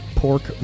pork